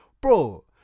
bro